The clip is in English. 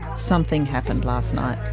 something happened last night.